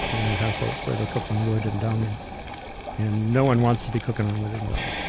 in and households where they cook on wood and dung, and and no one wants to be cooking on wood and dung.